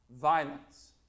Violence